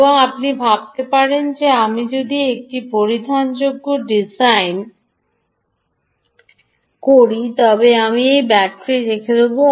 এবং আপনি ভাবতে পারেন যে আমি যদি একটি পরিধানযোগ্য ডিজাইন করি তবে আমি একটি ব্যাটারি রেখে দেব